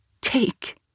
Take